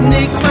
Nick